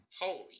Holy